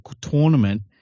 tournament